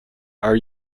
are